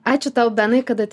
ačiū tau benai kad at